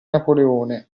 napoleone